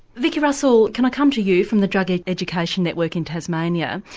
vicki russell, can i come to you, from the drug education network in tasmania,